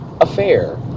affair